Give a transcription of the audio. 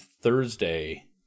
Thursday